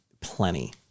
plenty